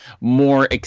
more